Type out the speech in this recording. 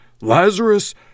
Lazarus